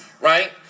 right